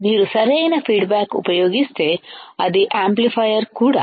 మీరు సరైన feedback ఉపయోగిస్తే అది యాంప్లిఫైయర్ కూడా